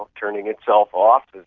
um turning itself off,